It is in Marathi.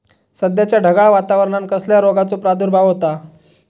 सध्याच्या ढगाळ वातावरणान कसल्या रोगाचो प्रादुर्भाव होता?